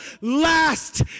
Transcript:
last